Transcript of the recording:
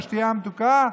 מהשתייה המתוקה?